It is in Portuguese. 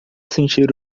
sentir